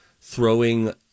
throwing